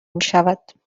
میشود